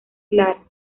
clara